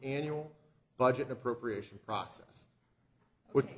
annual budget appropriation process which